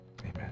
Amen